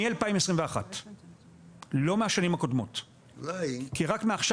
מ-2021 ולא מהשנים הקודמות כי רק מעכשיו